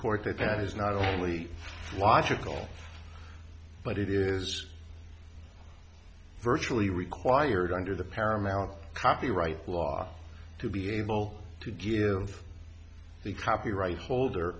court that that is not only logical but it is virtually required under the paramount copyright law to be able to give the copyright holder